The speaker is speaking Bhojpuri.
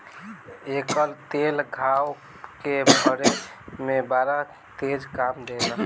एकर तेल घाव के भरे में बड़ा तेज काम देला